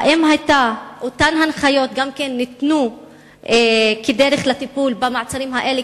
האם אותן הנחיות גם ניתנו כדרך לטיפול במעצרים האלה,